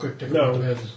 No